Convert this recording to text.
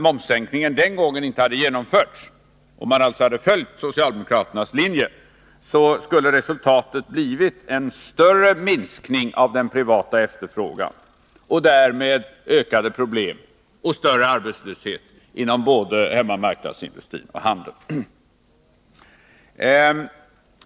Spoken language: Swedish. Om den inte hade genomförts, om man alltså hade följt socialdemokraternas linje, skulle resultatet ha blivit en större minskning av den privata efterfrågan och därmed ökade problem och större arbetslöshet inom både hemmamarknadsindustrin och handeln.